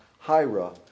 Hira